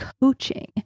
coaching